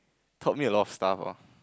taught me a lot of stuff loh